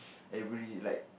everybody like